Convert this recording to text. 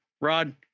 Rod